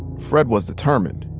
fred was determined.